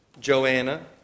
Joanna